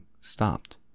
stopped